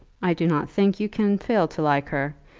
i do not think you can fail to like her.